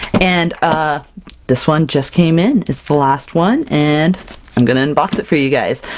and ah this one just came in! it's the last one and i'm gonna unbox it for you guys.